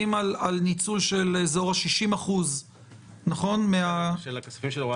נמצאים באזור ה-60% בניצול הכספים.